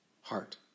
heart